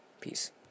Peace